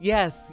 Yes